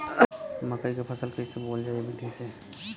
मकई क फसल कईसे बोवल जाई विधि से?